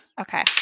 Okay